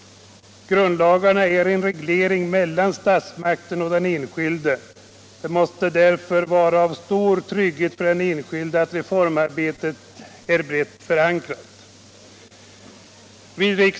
Grundlagarna reglerar förhållandena mellan statsmakten och den enskilde. Det måste därför vara en stor trygghet för den enskilde om reformarbetet är brett förankrat.